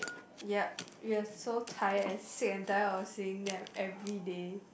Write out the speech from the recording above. yup we're so tired and sick and tired of seeing them everyday